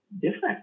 different